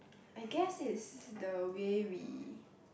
I guess it's the way we